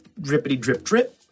drippity-drip-drip